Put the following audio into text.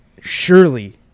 surely